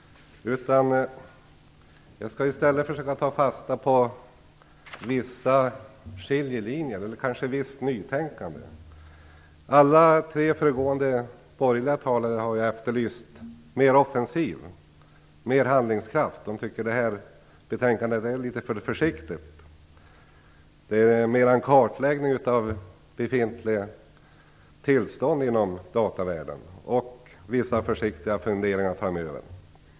Jag skall i stället försöka ta fasta på vissa skiljelinjer eller kanske ett visst nytänkande. Alla tre föregående borgerliga talare har efterlyst mer offensiva satsningar och mer handlingskraft. De tycker att detta betänkande är litet för försiktigt. Det handlar mer om en kartläggning av befintliga tillstånd inom datavärlden och om vissa försiktiga funderingar inför framtiden.